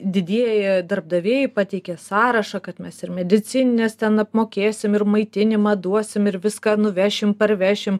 didieji darbdaviai pateikia sąrašą kad mes ir medicinines ten apmokėsim ir maitinimą duosim ir viską nuvešim parvešim